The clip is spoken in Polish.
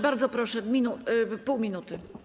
Bardzo proszę, pół minuty.